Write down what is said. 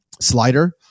slider